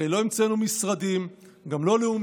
הרי לא המצאנו משרדים, גם לא לאומיים.